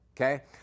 okay